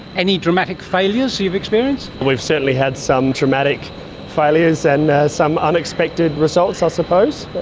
any dramatic failures you've experienced? we've certainly had some traumatic failures and some unexpected results i suppose.